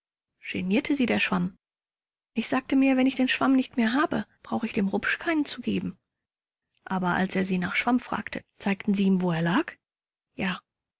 genierte sie der schwamm küchler ich sagte mir wenn ich den schwamm nicht mehr habe brauch ich dem rupsch keinen zu geben vors aber als er sie nach schwamm fragte zeigen sie ihm wo er lag küchler ja